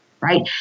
right